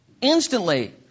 instantly